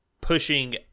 pushing